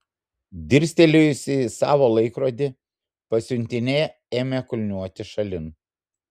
dirstelėjusi į savo laikrodį pasiuntinė ėmė kulniuoti šalin